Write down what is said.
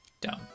dumb